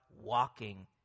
walking